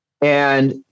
and-